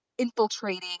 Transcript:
infiltrating